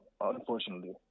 unfortunately